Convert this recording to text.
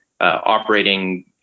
operating